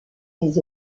des